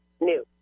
new